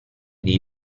dei